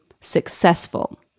successful